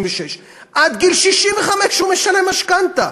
26. עד גיל 65 הוא משלם משכנתה.